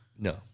No